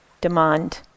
demand